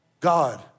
God